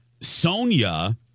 Sonia